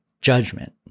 judgment